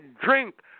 drink